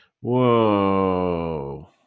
Whoa